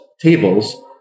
tables